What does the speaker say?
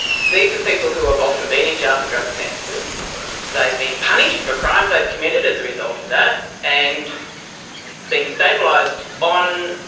these are people who have often been in jail for drug offences they've been punished for crimes they've committed as a result of that and been stabilised on